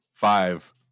five